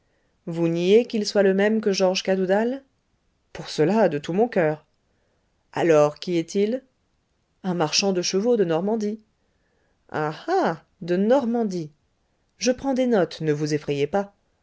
vous niez qu'il soit le même que georges cadoudal pour cela de tout mon coeur alors qui est-il un marchand de chevaux de normandie ah ah de normandie je prends des notes ne vous effrayez pas